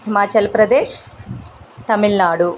Himachal Pradesh Tamil Nadu